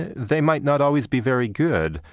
they might not always be very good.